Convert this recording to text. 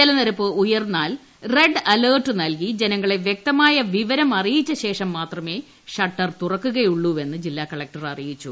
ജലനിരപ്പ് ഉയർന്നാൽ red alert നൽകി ജനങ്ങളെ വൃക്തമായ വിവരം അറിയിച്ച ശേഷം മാത്രമെ ഷട്ടർ തുറക്കുകയുള്ളൂവെന്ന് ജില്ലാ കളക്ടർ അറിയിച്ചു